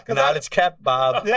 knowledge kept, bob. yeah